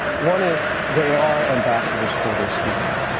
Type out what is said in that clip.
one is they are ambassadors for their species.